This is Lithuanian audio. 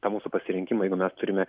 tą mūsų pasirinkimą jeigu mes turime